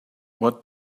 what